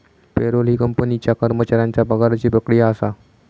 payroll ही कंपनीच्या कर्मचाऱ्यांच्या पगाराची प्रक्रिया असा